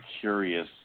curious